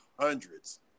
hundreds